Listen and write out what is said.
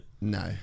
No